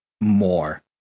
more